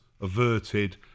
averted